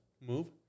move